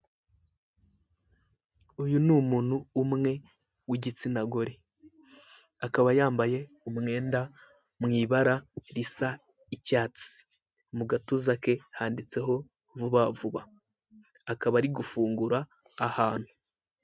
Uyu ni umuntu umwe w'igitsina gore, akaba yambaye umwenda mw'ibara risa icyatsi, Mu gatuza handitseho VUBA VUBA, akaba ari gufungura ahantu.